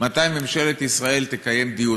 מתי ממשלת ישראל תקיים דיון?